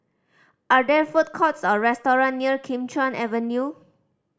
are there food courts or restaurants near Kim Chuan Avenue